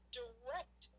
direct